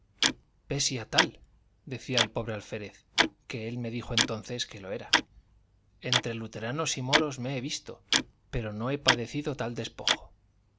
pesia tal decía el pobre alférez que él me dijo entonces que lo era entre luteranos y moros me he visto pero no he padecido tal despojo